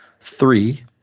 three